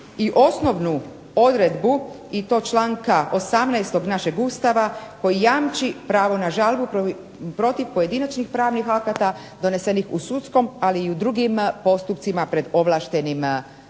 i osnovnu odredbu, i to članka 18. našeg Ustava, koji jamči pravo na žalbu protiv pojedinačnih pravnih akata donesenih u sudskom, ali i u drugim postupcima pred ovlaštenim tijelima.